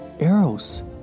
Eros